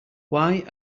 why